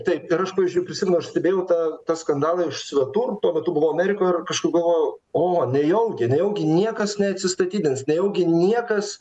taip ir aš pavyzdžiui prisimenu aš stebėjau tą skandalą iš svetur tuo metu buvau amerikoj ir kažkaip galvojau o nejaugi nejaugi niekas neatsistatydins nejaugi niekas